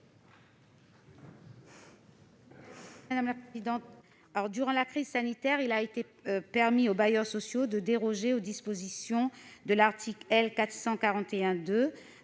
Mme Nassimah Dindar. Durant la crise sanitaire, il a été permis aux bailleurs sociaux de déroger aux dispositions de l'article L. 441-2